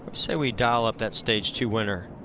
say we dial up that stage two winner.